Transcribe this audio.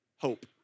hope